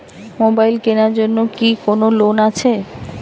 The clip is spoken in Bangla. মোবাইল কেনার জন্য কি কোন লোন আছে?